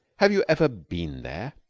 have you ever been there?